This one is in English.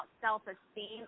self-esteem